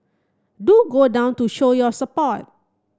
do go down to show your support